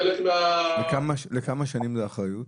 לכמה שנים זה אחריות?